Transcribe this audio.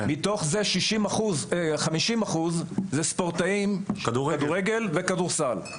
מתוך זה חמישים אחוז זה כדורגל וכדורסל.